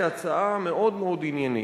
כהצעה מאוד מאוד עניינית,